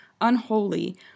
unholy